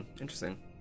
interesting